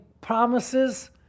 promises